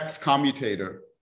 commutator